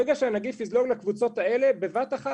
ברגע שהנגיף יזלוג לקבוצות האלה בבת אחת